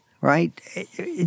right